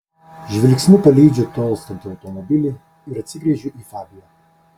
žvilgsniu palydžiu tolstantį automobilį ir atsigręžiu į fabiją